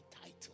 title